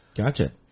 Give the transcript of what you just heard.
Gotcha